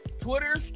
Twitter